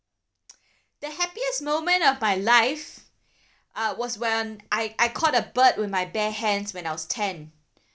the happiest moment of my life uh was when I I caught a bird with my bare hands when I was ten